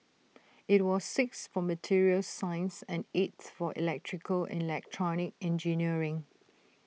IT was sixth for materials science and eighth for electrical and electronic engineering